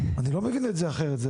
אני לא מבין את זה אחרת.